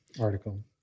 article